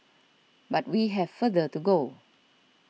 but we have further to go